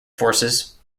forces